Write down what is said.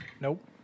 Nope